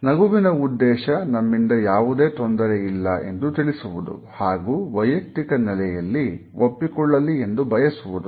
ನಗುವಿನ ಉದ್ದೇಶ ನಮ್ಮಿಂದ ಯಾವುದೇ ತೊಂದರೆ ಇಲ್ಲ ಎಂದು ತಿಳಿಸುವುದು ಹಾಗೂ ವೈಯಕ್ತಿಕ ನೆಲೆಯಲ್ಲಿ ಒಪ್ಪಿಕೊಳ್ಳಲಿ ಎಂದು ಬಯಸುವುದು